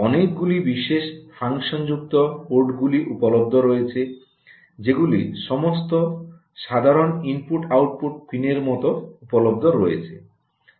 অনেকগুলি বিশেষ ফাংশন যুক্ত পোর্টগুলিও উপলব্ধ রয়েছে যেগুলি সমস্ত সাধারণ ইনপুট আউটপুট পিনের মতো উপলব্ধ রয়েছে